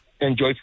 enjoy